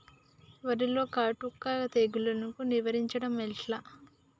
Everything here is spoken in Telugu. వరిలో కాటుక తెగుళ్లను నివారించడం ఎట్లా?